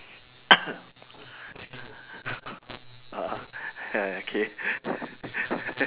K